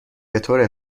بطور